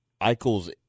Eichel's